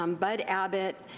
um bud abbott,